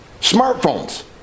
smartphones